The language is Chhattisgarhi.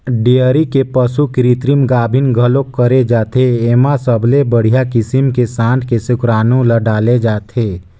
डेयरी के पसू के कृतिम गाभिन घलोक करे जाथे, एमा सबले बड़िहा किसम के सांड के सुकरानू ल डाले जाथे